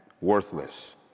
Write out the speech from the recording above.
worthless